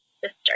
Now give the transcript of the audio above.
sister